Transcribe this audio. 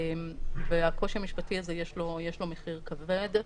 ולקושי המשפטי הזה יש מחיר כבד.